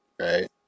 right